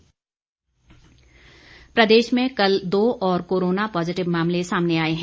corona positive प्रदेश में कल दो और कोरोना पॉजिटिव मामले सामने आए हैं